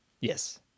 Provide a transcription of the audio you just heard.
yes